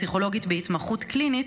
פסיכולוגית בהתמחות קלינית,